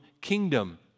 kingdom